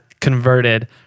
converted